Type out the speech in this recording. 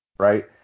Right